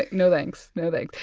like no thanks. no thanks.